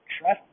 Trust